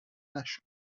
نشد